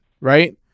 right